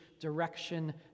direction